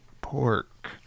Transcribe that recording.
pork